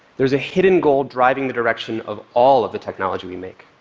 there's a hidden goal driving the direction of all of the technology we make,